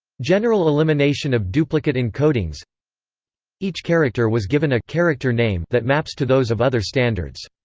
general elimination of duplicate encodings each character was given a character name that maps to those of other standards.